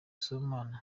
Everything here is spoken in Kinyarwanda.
sibomana